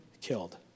killed